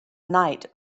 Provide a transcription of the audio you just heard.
night